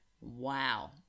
wow